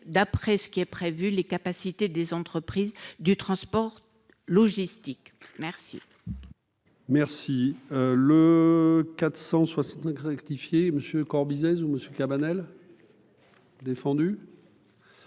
d'après ce qui est prévu, les capacités des entreprises du transport logistique merci. Merci le 465 rectifié monsieur Corbizet ou monsieur Cabanel. Défendu.